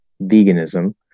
veganism